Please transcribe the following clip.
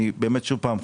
שוב פעם,